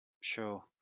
sure